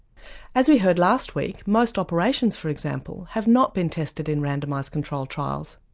as we heard last week most operations for example have not been tested in randomised controlled trials.